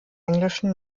englischen